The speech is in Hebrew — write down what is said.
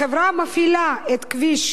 החברה המפעילה את כביש